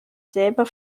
selber